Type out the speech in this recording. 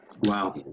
Wow